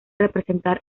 representar